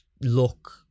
look